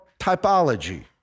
typology